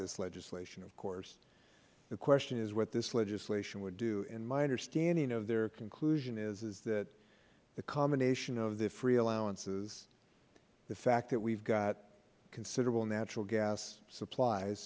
this legislation of course the question is what this legislation would do and my understanding of their conclusion is that the combination of the free allowances the fact that we have got considerable natural gas supplies